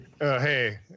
hey